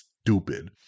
Stupid